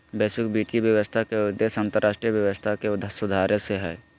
वैश्विक वित्तीय व्यवस्था के उद्देश्य अन्तर्राष्ट्रीय व्यवस्था के सुधारे से हय